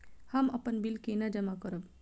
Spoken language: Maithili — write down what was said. हम अपन बिल केना जमा करब?